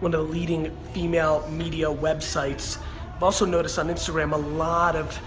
one of the leading female media websites. i've also noticed on instagram a lot of